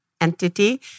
entity